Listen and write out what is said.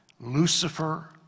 Lucifer